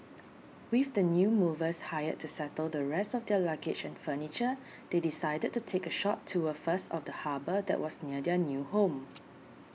with the new movers hired to settle the rest of their luggage and furniture they decided to take a short tour first of the harbour that was near their new home